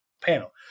panel